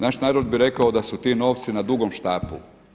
Naš narod bi rekao da su ti novci na dugom štapu.